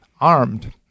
armed